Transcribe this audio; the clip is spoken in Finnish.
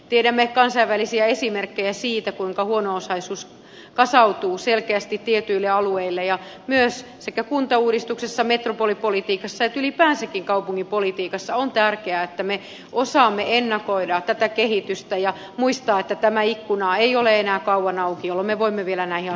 tiedämme kansainvälisiä esimerkkejä siitä kuinka huono osaisuus kasautuu selkeästi tietyille alueille ja myös sekä kuntauudistuksessa metropolipolitiikassa että ylipäänsäkin kaupunkipolitiikassa on tärkeää että me osaamme ennakoida tätä kehitystä ja muistaa että tämä ikkuna ei ole enää kauan auki jolloin me voimme vielä näihin asioihin puuttua